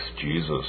Jesus